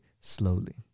Slowly